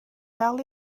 dal